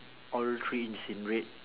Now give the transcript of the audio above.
all three is in red